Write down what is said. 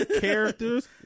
Characters